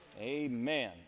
Amen